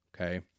Okay